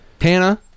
Hannah